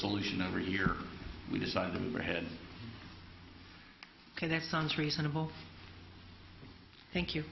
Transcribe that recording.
solution over here we decide to move ahead because that sounds reasonable thank you